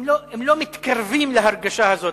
הם לא מתקרבים להרגשה הזאת.